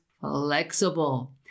flexible